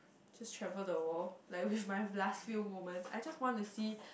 just travel the world like with my last few moments I just wanna see